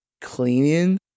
cleaning